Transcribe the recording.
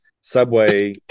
subway